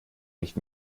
nicht